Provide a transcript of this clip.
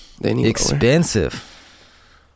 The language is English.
Expensive